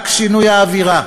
רק שינוי האווירה,